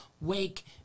Wake